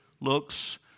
looks